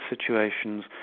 situations